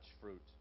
fruit